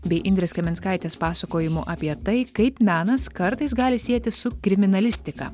bei indrės kaminskaitės pasakojimu apie tai kaip menas kartais gali sietis su kriminalistika